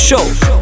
Show